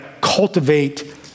cultivate